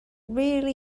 really